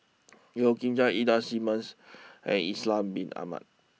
Yeo Kian Chye Ida Simmons and Ishak Bin Ahmad